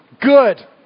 Good